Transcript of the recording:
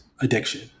addiction